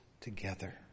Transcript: together